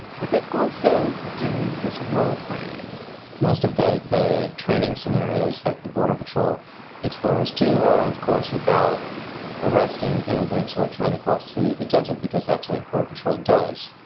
but they also do this role playing most of the the training scenarios that the border patrol explorers, too, are, of course, about arresting immigrants who are to cross through the desert because that's what border patrol does.